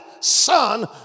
son